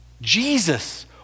Jesus